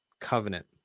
covenant